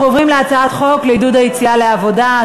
אנחנו עוברים להצעת חוק לעידוד היציאה לעבודה,